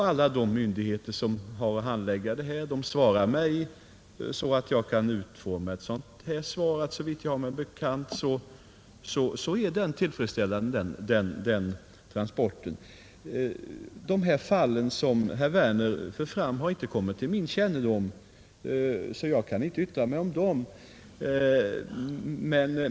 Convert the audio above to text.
Alla myndigheter som har att handlägga dessa ärenden har svarat, så jag kan utforma mitt svar: Såvitt jag har mig bekant är den kontroll som sker tillfredsställande. De fall herr Werner drar upp har inte kommit till min kännedom, och jag kan därför inte yttra mig om dem.